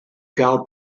gael